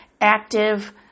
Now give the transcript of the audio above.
active